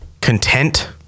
content